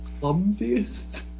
clumsiest